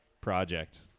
project